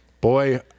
boy